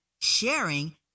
sharing